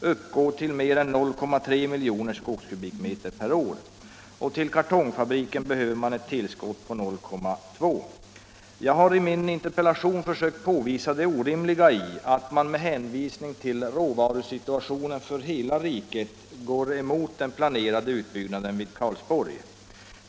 uppgå till mer än 0,3 miljoner skogskubikmeter per år — och till kartongfabriken behöver man ett tillskott på 0,2. Jag har i min interpellation försökt påvisa det orimliga i att man med hänvisning till råvarusituationen för hela riket går emot den planerade utbyggnaden vid Karlsborg.